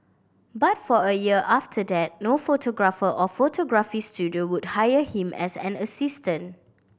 but for a year after that no photographer or photography studio would hire him as an assistant